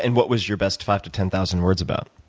and what was your best five to ten thousand words about?